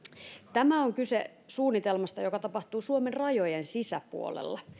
tässä on kyse suunnitelmasta joka tapahtuu suomen rajojen sisäpuolella